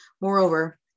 Moreover